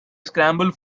scrambled